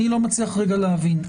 אני לא מצליח להבין.